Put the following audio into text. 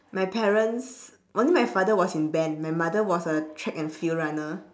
my parents only my father was in band my mother was a track and field runner